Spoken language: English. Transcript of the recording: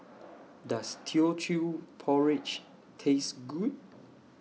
Does Teochew Porridge Taste Good